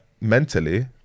mentally